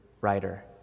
writer